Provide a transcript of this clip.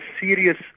serious